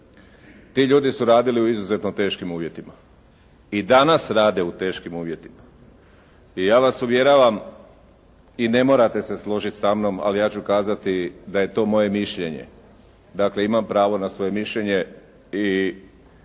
ti ljudi su radili u izuzetno teškim uvjetima. I danas rade u teškim uvjetima i ja vas uvjeravam i ne morate se složit sa mnom, ali ja ću kazati da je to moje mišljenje, dakle imam pravo na svoje mišljenje i